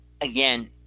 again